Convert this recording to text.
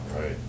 right